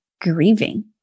grieving